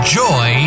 joy